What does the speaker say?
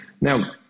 now